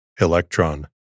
Electron